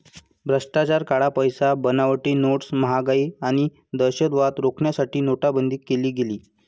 भ्रष्टाचार, काळा पैसा, बनावटी नोट्स, महागाई आणि दहशतवाद रोखण्यासाठी नोटाबंदी केली गेली